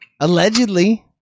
allegedly